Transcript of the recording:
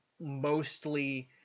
mostly